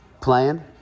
playing